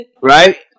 Right